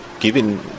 given